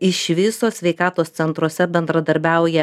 iš viso sveikatos centruose bendradarbiauja